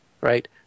right